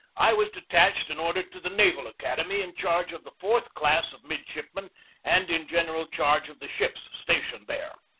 i was detached and ordered to the naval academy in charge of the fourth class of midshipmen and in general charge of the ships stationed there.